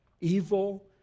evil